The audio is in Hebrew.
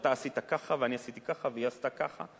שאתה עשית ככה ואני עשיתי ככה והיא עשתה ככה.